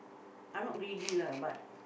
I'm not greedy lah but